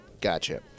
Gotcha